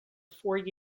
four